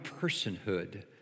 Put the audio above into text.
personhood